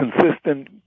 consistent